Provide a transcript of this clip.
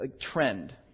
trend